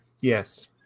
Yes